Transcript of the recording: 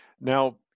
Now